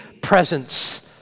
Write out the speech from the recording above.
presence